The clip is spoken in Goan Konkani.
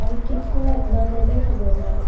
आनी कितको येतलो तो बीन खबर ना